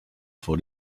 for